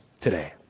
today